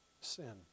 sin